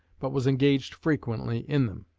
but was engaged frequently in them.